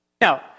Now